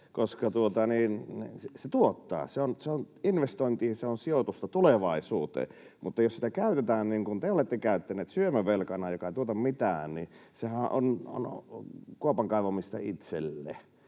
koska se tuottaa, se on investointi, se on sijoitusta tulevaisuuteen. Mutta jos sitä käytetään niin kuin te olette käyttäneet, syömävelkana, joka ei tuota mitään, niin sehän on kuopan kaivamista itselle.